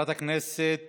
חברת הכנסת